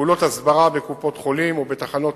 פעולות ההסברה בקופות-חולים ובתחנות